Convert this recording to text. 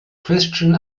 christian